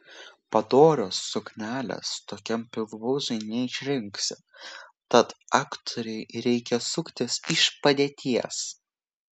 padorios suknelės tokiam pilvūzui neišrinksi tad aktorei reikia suktis iš padėties